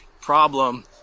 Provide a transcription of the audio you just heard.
problem